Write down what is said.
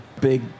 big